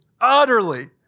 utterly